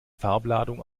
farbladung